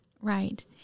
Right